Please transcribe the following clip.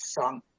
song